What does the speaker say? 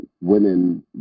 women